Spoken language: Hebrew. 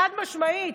חד-משמעית,